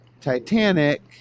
Titanic